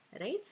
right